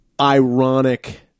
ironic